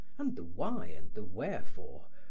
and the why and the wherefore,